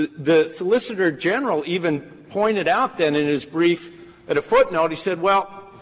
the solicitor general even pointed out then in his brief at a footnote he said well,